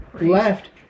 left